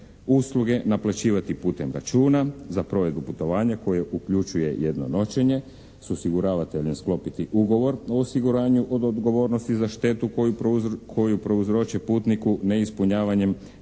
Usluge naplaćivati putem računa za provedbu putovanja koje uključuje jedno noćenje, s osiguravateljem sklopiti ugovor o osiguranju od odgovornosti za štetu koju prouzroče putniku neispunjavanjem,